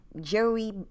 Joey